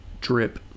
Drip